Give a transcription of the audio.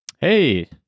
hey